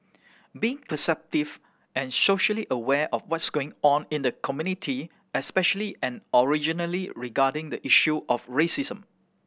be perceptive and socially aware of what's going on in the community especially and originally regarding the issue of racism